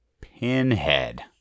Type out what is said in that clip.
Pinhead